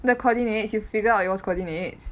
the coordinates you figure out it was coordinates